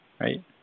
right